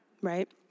right